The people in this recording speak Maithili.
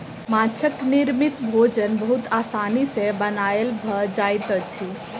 माँछक निर्मित भोजन बहुत आसानी सॅ बनायल भ जाइत अछि